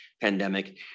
pandemic